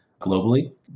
globally